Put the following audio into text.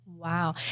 Wow